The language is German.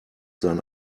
sein